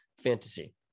fantasy